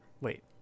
wait